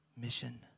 mission